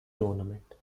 tournament